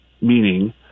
Meaning